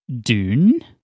Dune